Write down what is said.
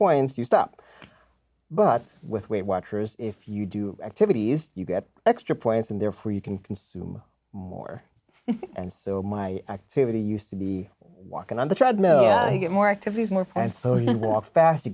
points you stop but with weight watchers if you do activities you get extra points and therefore you can consume more and so my activity used to be walking on the treadmill get more activities more fun so you walk fast